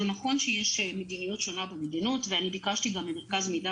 זה נכון שיש מדיניות שונה במדינות ואני ביקשתי גם ממרכז המידע